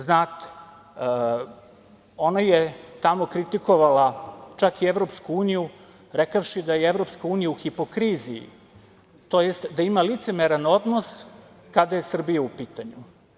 Znate, ona je tamo kritikovala čak i EU rekavši da je EU u hipokriziji tj. da ima licemeran odnos kada je Srbija u pitanju.